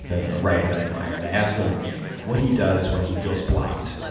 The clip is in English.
a writer i admire, and i asked him what he does when he feels blocked.